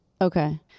Okay